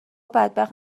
بدبخت